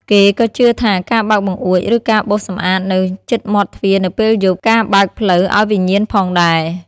គេក៏ជឿថា ការបើកបង្អួច ឬការបោសសំអាតនៅជិតមាត់់ទ្វារនៅពេលយប់ ការបើកផ្លូវឱ្យវិញ្ញាណផងដែរ។